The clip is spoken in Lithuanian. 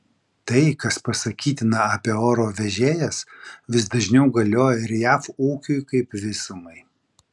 tai kas pasakytina apie oro vežėjas vis dažniau galioja ir jav ūkiui kaip visumai